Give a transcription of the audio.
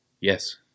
Yes